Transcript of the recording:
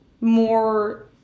more